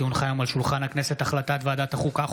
כי הונחה היום על שולחן הכנסת החלטת ועדת החוקה,